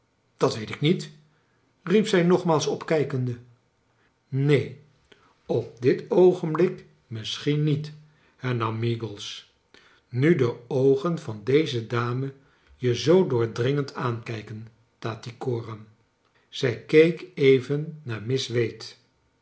dat weet ik niet riep zij nogmaals opkijkende neen op dit oogenblik misschien niet hernam meagles nu de oogen van deze dame je zoo doordringend aankijken tattycoram zij keek even naar miss wade